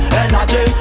energy